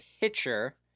pitcher